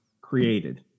created